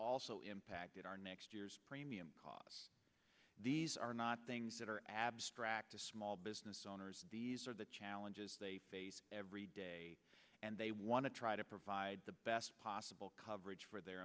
also impacted our next year's premium because these are not things that are abstract to small business owners these are the challenges they face every day and they want to try to provide the best possible coverage for their